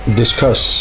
discuss